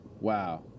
Wow